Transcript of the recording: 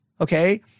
okay